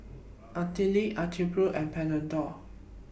Betadine Atopiclair and Panadol